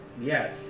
Yes